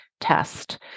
test